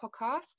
podcast